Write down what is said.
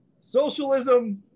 socialism